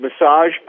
massage